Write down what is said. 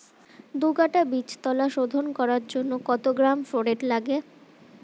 দু কাটা বীজতলা শোধন করার জন্য কত গ্রাম ফোরেট লাগে?